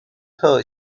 比尤特